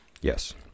yes